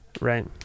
Right